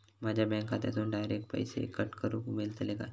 माझ्या बँक खात्यासून डायरेक्ट पैसे कट करूक मेलतले काय?